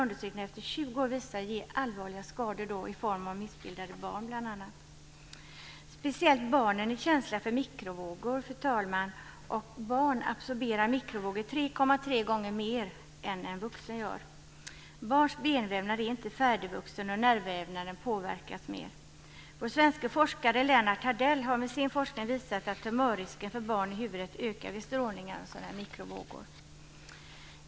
Undersökningar efter 20 år visade på allvarliga skador, bl.a. i form av missbildade barn. Fru talman! Barn är speciellt känsliga för mikrovågor. De absorberar mikrovågor 3,3 gånger mer än en vuxen gör. Barns nervvävnad är inte färdigvuxen och påverkas därför mer. Vår svenske forskare Lennart Hardell har med sin forskning visat att risken för tumörer i huvudet ökar hos barn om de utsätts för strålning av mikrovågor.